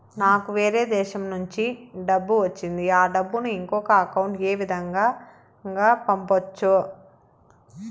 నాకు వేరే దేశము నుంచి డబ్బు వచ్చింది ఆ డబ్బును ఇంకొక అకౌంట్ ఏ విధంగా గ పంపొచ్చా?